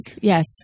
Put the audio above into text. yes